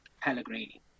Pellegrini